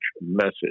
message